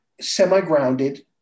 semi-grounded